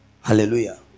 Hallelujah